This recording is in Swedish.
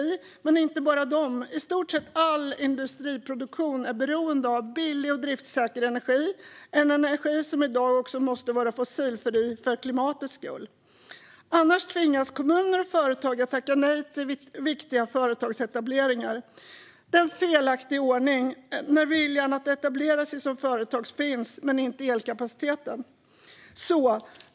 Men det gäller inte bara dem, utan i stort sett all industriproduktion är beroende av billig och driftssäker energi - en energi som i dag också måste vara fossilfri för klimatets skull. Annars tvingas kommuner och företag att tacka nej till viktiga företagsetableringar. Det är en felaktig ordning när viljan att etablera sig som företag finns, men inte elkapaciteten.